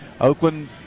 Oakland